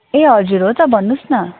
ए हजुर हो त भन्नु होस् न